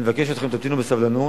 אני מבקש מכם שתמתינו בסבלנות,